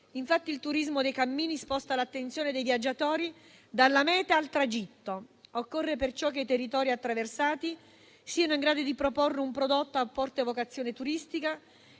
Il turismo dei cammini sposta l'attenzione dei viaggiatori dalla meta al tragitto. Occorre, perciò, che i territori attraversati siano in grado di proporre un prodotto a forte vocazione turistica